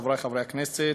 חברי חברי הכנסת,